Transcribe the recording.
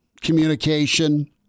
communication